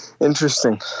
interesting